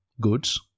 goods